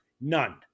None